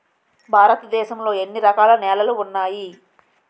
భారతదేశం లో ఎన్ని రకాల నేలలు ఉన్నాయి?